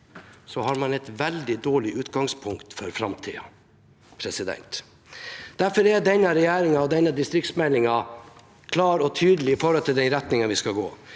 er, har man et veldig dårlig utgangspunkt for framtiden. Derfor er denne regjeringen og denne distriktsmeldingen klar og tydelig på den retningen vi skal gå